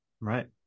Right